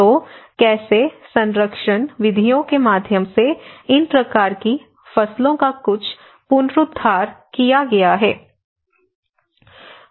तो कैसे संरक्षण विधियों के माध्यम से इन प्रकार की फसलों का कुछ पुनरुद्धार किया गया है